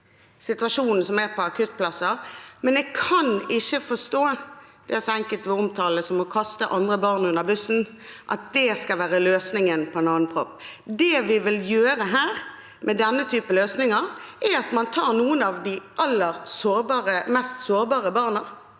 situasjonen som er når det gjelder akuttplasser, men jeg kan ikke forstå at det som enkelte omtaler som å kaste andre barn under bussen, skal være løsningen på en annen propp. Det man gjør her med denne typen løsninger, er at man tar noen av de aller mest sårbare barna